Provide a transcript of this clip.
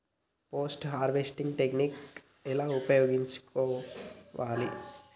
Post harvesting technique ఎలా ఉపయోగించుకోవాలి?